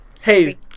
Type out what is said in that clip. Hey